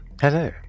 Hello